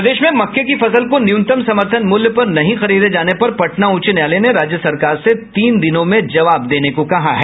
प्रदेश में मक्के की फसल को न्यूनतम समर्थन मूल्य पर नहीं खरीदे जाने पर पटना उच्च न्यायालय ने राज्य सरकार से तीन दिनों में जवाब देने को कहा है